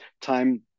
time